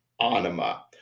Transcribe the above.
Anima